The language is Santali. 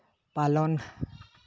ᱯᱟᱞᱚᱱ